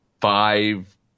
five